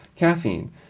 caffeine